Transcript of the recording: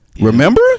Remember